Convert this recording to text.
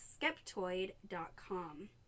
Skeptoid.com